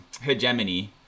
hegemony